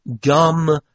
gum